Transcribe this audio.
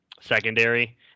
secondary